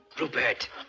Rupert